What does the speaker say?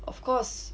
of course